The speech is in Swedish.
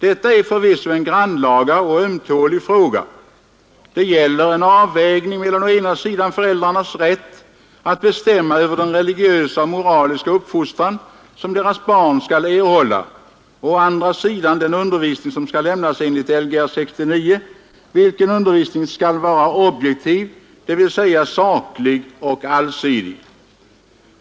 Detta är förvisso en grannlaga och ömtålig fråga. Det gäller en avvägning mellan å ena sidan föräldrarnas rätt att bestämma över den religiösa och moraliska uppfostran som deras barn skall erhålla och å andra sidan den undervisning som skall lämnas enligt Igr 69, vilken undervisning skall vara objektiv, dvs. saklig och allsidig.